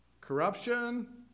Corruption